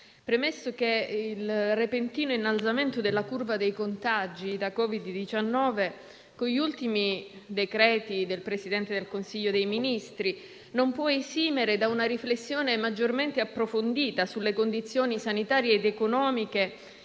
premessa che il repentino innalzamento della curva dei contagi da Covid-19, che ha portato all'emanazione degli ultimi decreti del Presidente del Consiglio dei ministri, non può esimere da una riflessione maggiormente approfondita sulle condizioni sanitarie ed economiche